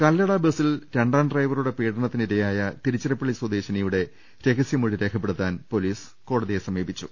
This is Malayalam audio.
കല്ലട ബസ്സിൽ രണ്ടാം ഡ്രൈവറുടെ പീഡനത്തിനിര യായ തിരുച്ചിറപ്പള്ളി സ്വദേശിനിയുടെ രഹസ്യമൊഴി രേഖ പ്പെടുത്താൻ പൊലീസ് കോടതിയെ സമീപിച്ചു